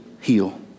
heal